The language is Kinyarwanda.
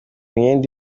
imyenda